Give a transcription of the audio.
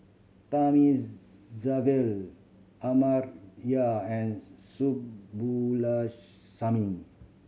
Thamizhavel Amartya and Subbulakshmi